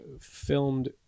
filmed